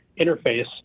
interface